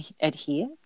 adhere